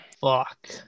Fuck